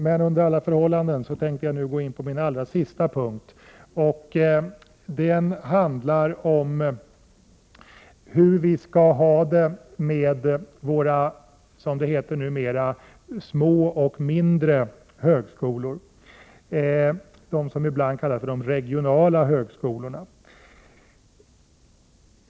Men under alla förhållanden skall jag nu beröra en sista punkt, och den handlar om hur vi skall ha det med våra, som det numera heter, små och mindre högskolor. Det är de högskolor som ibland kallas de regionala högskolorna.